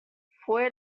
fue